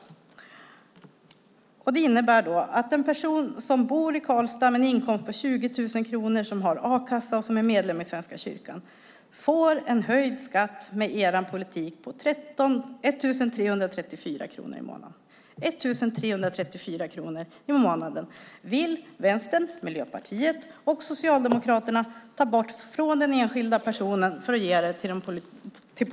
Det visar sig att en person som bor i Karlstad med en inkomst på 20 000 kronor, har a-kassa och är medlem i Svenska kyrkan får med er politik höjd skatt med 1 334 kronor i månaden. Vill Vänstern, Miljöpartiet och Socialdemokraterna ta bort det från den enskilda personen för att ge det till politiken?